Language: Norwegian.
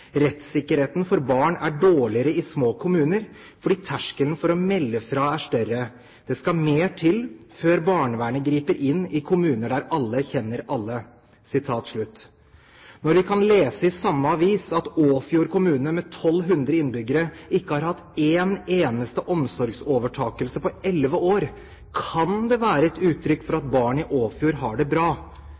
for barn er dårligere i små kommuner fordi terskelen for å melde fra om omsorgssvikt er større. Det skal også mer til før barnevernet griper inn i kommuner der alle kjenner alle.» Når vi kan lese i samme avis at Åfjord kommune, med 1 200 innbyggere, ikke har hatt én eneste omsorgsovertakelse på elleve år, kan de være et uttrykk for at barn i Åfjord har det bra,